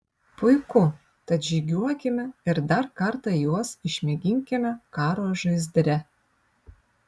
puiku tad žygiuokime ir dar kartą juos išmėginkime karo žaizdre